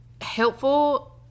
helpful